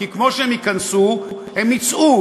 כי כמו שהם ייכנסו הם יצאו.